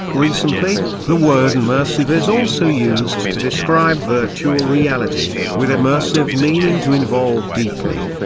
recently, the word immersive is also used to describe virtual reality, with immersive meaning to involve deeply.